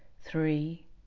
three